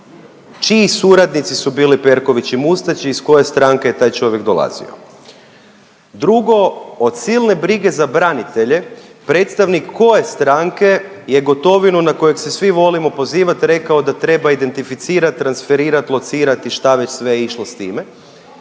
čiji suradnici su bili Perković i Mustač iz koje stranke je taj čovjek dolazio? Drugo, od silne brige za branitelje predstavnik koje stranke je Gotovinu na kojeg se svi volimo pozivat rekao da treba identificirat, transferirat, locirat i šta već sve išlo s time?